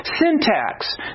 syntax